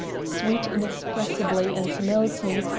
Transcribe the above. sweet inexpressibly and melting,